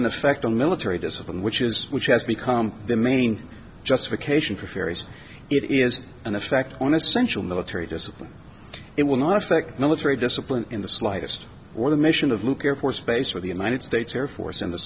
an effect on military discipline which is which has become the main justification for fairies it is an effect on essential military discipline it will not affect military discipline in the slightest or the mission of luke air force base or the united states air force in the